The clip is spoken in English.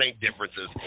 differences